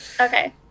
Okay